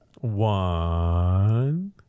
One